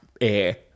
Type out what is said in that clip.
air